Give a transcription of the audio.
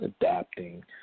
adapting